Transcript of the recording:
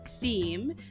theme